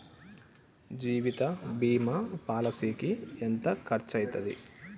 జీవిత బీమా పాలసీకి ఎంత ఖర్చయితది?